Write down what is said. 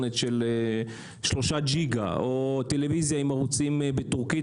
של 3 ג'יגה או טלוויזיה עם ערוצים בטורקית,